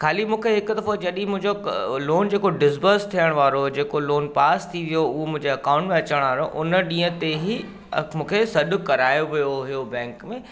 ख़ाली मूंखे हिकु दफ़ो जॾहिं मुंहिंजो लोन जेको डिस्पर्स थियण वारो हुओ जेको लोन पास थि वियो उहो मुंहिंजे अकाउंट में अचण वारो हुओ हुन ॾींहं ते ई मूंखे सॾु करायो वियो हुओ बैंक में